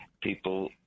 people